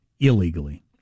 illegally